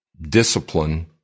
discipline